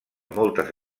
moltes